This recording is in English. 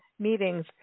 Meetings